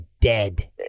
dead